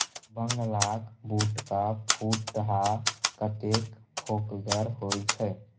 बंगालक बूटक फुटहा कतेक फोकगर होए छै